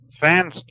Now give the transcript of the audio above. Fans